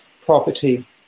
property